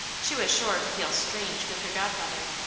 she was sure to feel strange with her godmother,